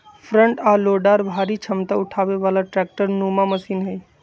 front आ loader भारी क्षमता उठाबे बला ट्रैक्टर नुमा मशीन हई